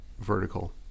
vertical